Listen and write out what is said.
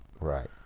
Right